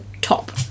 top